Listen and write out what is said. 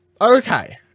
Okay